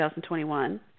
2021